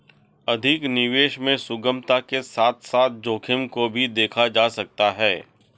अधिक निवेश में सुगमता के साथ साथ जोखिम को भी देखा जा सकता है